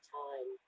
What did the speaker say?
time